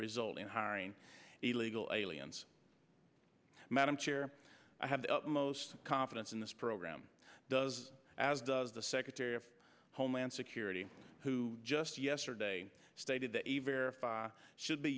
result in hiring illegal aliens madam chair i have the most confidence in this program does as does the secretary of homeland security who just yesterday stated that a verify should be